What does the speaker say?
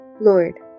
Lord